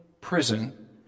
prison